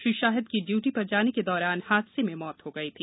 श्री शाहिद की इयूटी पर जाने के दौरान हादसे में मौत हो गई थी